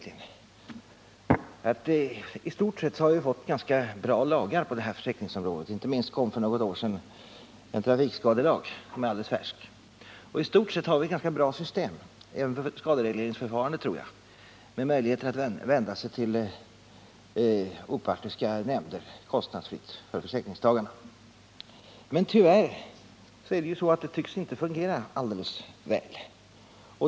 I stort sett har vi fått ganska bra lagar på försäkringsområdet. Inte minst tänker jag Nr 35 då på den trafikskadelag som kom för något år sedan och alltså är alldeles färsk. I stort sett har vi ett ganska bra system för skaderegleringsförfarandet, tror jag, med möjlighet för försäkringstagarna att kostnadsfritt vända sig till opartiska nämnder. Men tyvärr tycks det inte fungera riktigt väl.